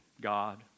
God